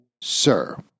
sir